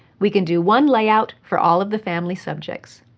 we can do one layout for all of the family subjects.